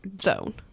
zone